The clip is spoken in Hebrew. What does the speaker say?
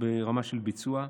ברמה של ביצוע.